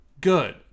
good